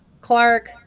clark